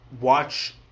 watch